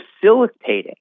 facilitating